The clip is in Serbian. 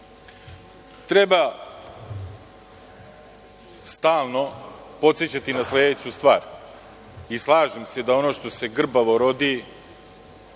CV.Treba stalno podsećati na sledeću stvar i slažem se da ono što se grbavo rodi,